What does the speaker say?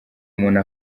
umuntu